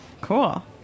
Cool